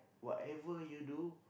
whatever you do